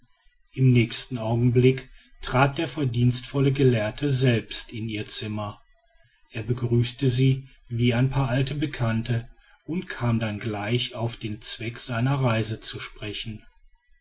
im nächsten augenblick trat der verdienstvolle gelehrte selbst in ihr zimmer er begrüßte sie wie ein paar alte bekannte und kam dann gleich auf den zweck seiner reise zu sprechen